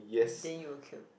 then you will queue